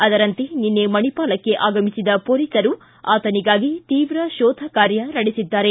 ಅದರಂತೆ ನಿನ್ನೆ ಮಣಿಪಾಲಕ್ಷೆ ಆಗಮಿಸಿದ ಪೊಲೀಸರು ಆತನಿಗಾಗಿ ತೀವ್ರ ಶೋಧ ಕಾರ್ಯ ನಡೆಸಿದ್ದಾರೆ